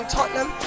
Tottenham